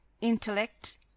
intellect